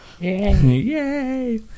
yay